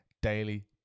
Daily